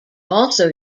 also